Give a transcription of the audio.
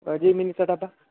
जेमिनीचा डबा